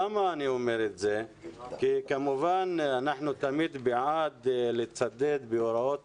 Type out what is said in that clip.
אני אומר את זה כי כמובן אנחנו תמיד בעד לצדד בהוראות